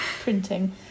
printing